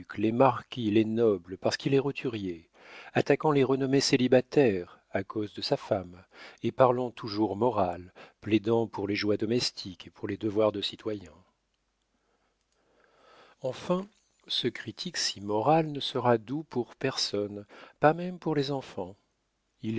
les marquis les nobles parce qu'il est roturier attaquant les renommées célibataires à cause de sa femme et parlant toujours morale plaidant pour les joies domestiques et pour les devoirs de citoyen enfin ce critique si moral ne sera doux pour personne pas même pour les enfants il